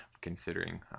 considering